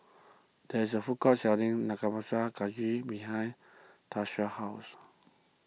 there is a food court selling Nanakusa Gayu behind Tarsha's house